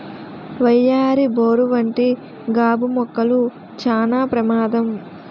వయ్యారి బోరు వంటి గాబు మొక్కలు చానా ప్రమాదం